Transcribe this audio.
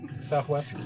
Southwest